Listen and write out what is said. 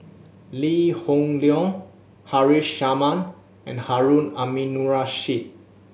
Lee Hoon Leong Haresh Sharma and Harun Aminurrashid